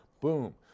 Boom